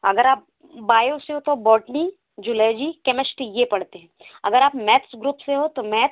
अगर आप बायो से हो तो बॉटनी ज़ूलॉजी केमिस्ट्री यह पढ़ते हैं अगर आप मैथ्स ग्रुप से हो तो मैथ्स